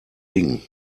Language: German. ding